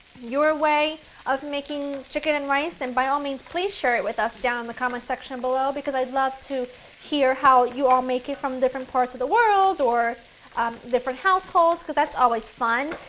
your way of making chicken and rice, then by all means, please share it with us down in the comment section below because i'd love to hear how you all make it from different parts of the world or different households because that's always fun.